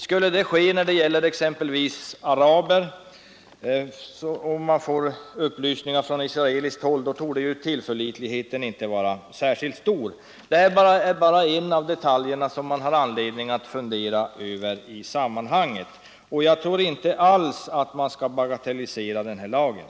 Skulle man få upplysningar från israeliskt håll om exempelvis araber torde tillförlitligheten inte vara särskilt stor. Det är bara en detalj i det hela som det finns anledning att fundera över. Jag tror inte alls att man skall bagatellisera den här lagen.